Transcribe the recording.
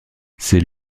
c’est